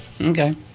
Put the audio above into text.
Okay